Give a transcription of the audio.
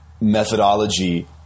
methodology